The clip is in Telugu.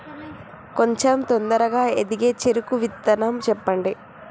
కొంచం తొందరగా ఎదిగే చెరుకు విత్తనం చెప్పండి?